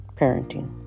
parenting